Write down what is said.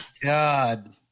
God